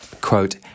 quote